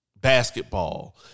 basketball